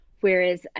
Whereas